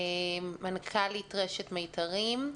מנכ"לית רשת "מיתרים".